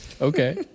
Okay